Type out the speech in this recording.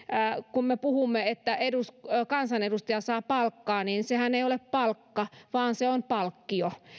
kun me puhumme että kansanedustaja saa palkkaa niin sehän ei ole palkka vaan se on palkkio